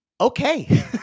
okay